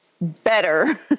better